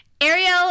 Ariel